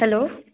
hello